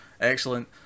excellent